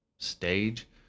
stage